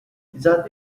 that